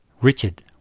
Richard